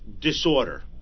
disorder